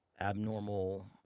abnormal